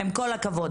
עם כל הכבוד,